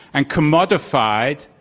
and commodified,